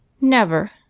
Never